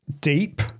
deep